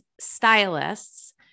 stylists